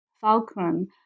Falcon